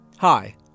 Hi